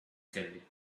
kelly